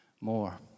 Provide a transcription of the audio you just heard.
more